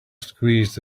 squeezed